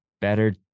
better